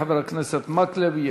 חבר הכנסת מקלב.